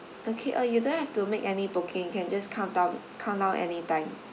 okay uh you don't have to make any booking can just come down countdown anytime